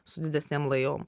su didesnėm lajom